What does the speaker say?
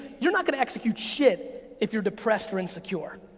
you're not gonna execute shit if you're depressed or insecure.